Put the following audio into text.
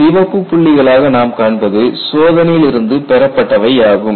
சிவப்பு புள்ளிகளாக நாம் காண்பது சோதனையிலிருந்து பெறப்பட்டவையாகும்